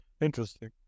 Interesting